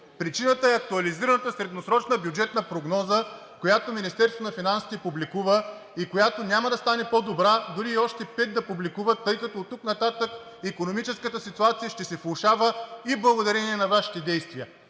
Причината е актуализираната средносрочна бюджетна прогноза, която Министерството на финансите публикува и която няма да стане по-добра, дори и още пет да публикува, тъй като оттук нататък икономическата ситуация ще се влошава и благодарение на Вашите действия.